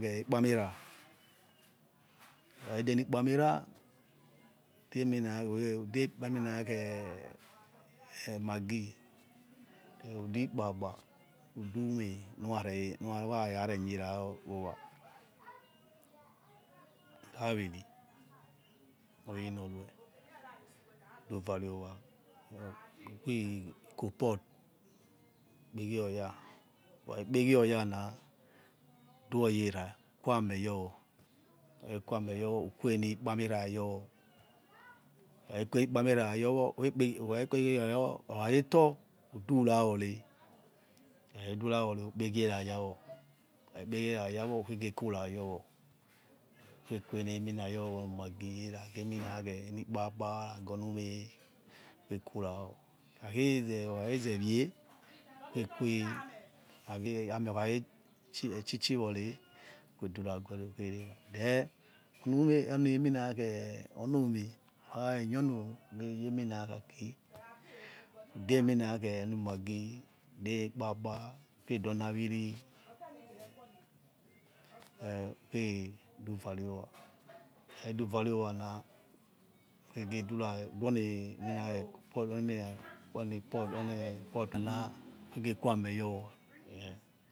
Ewh ikpamerah ukhakhedeni ikpo amerah udemina khe ude minak he eh eh maggi udi ikpaba udu ume nura re nura ra renierah owa aviri aviri nor ruwe duare khepe gioyana duyera kuwi ameh yor ukua khe kua ameh yor ukueni kpamera yor ukhakhe queni ikpamerayor ukhe kpe ukhakhekpa gierayawor okha khetor udurawore ukha khedura wore ukpegieyawor ukhakhekpegirayawor ukhegeh kumayor ukhequeneminayor wor khe maggi nagi eni ikpagba na gi onu ume ukhe qurayor or kuakhezevie ukhe nabi ameh okhakhe chichi wore ukhederaguwere ukhere then ume okhakheyonomi eminakhe aki eminakhe eni maggi de ukpagba ukhe dor oni aviri eh ukhe du vare owa ukha khe duvare owa na ukhage dura duoni emina khe oni potu na on potuna akhege quaameh yor wor ekhe